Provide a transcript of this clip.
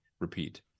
repeat